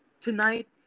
tonight